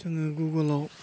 जोङो गुगोलाव